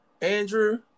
Andrew